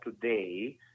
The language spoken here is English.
today